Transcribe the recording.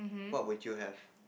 what would you have